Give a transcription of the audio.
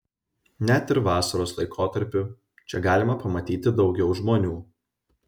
net ir vasaros laikotarpiu čia galima pamatyti daugiau žmonių